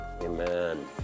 Amen